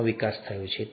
ઘણો વિકાસ થયો છે